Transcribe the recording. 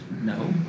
no